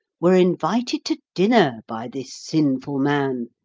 were invited to dinner by this sinful man,